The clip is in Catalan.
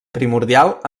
primordial